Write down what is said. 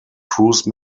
cruise